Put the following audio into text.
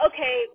Okay